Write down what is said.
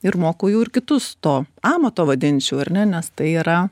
ir mokau jau ir kitus to amato vadinčiau ar ne nes tai yra